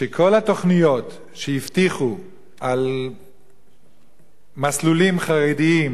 שכל התוכניות שהבטיחו על מסלולים חרדיים,